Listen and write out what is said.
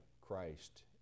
Christ